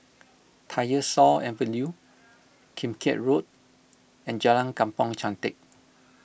Tyersall Avenue Kim Keat Road and Jalan Kampong Chantek